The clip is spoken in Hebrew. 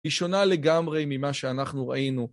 היא שונה לגמרי ממה שאנחנו ראינו.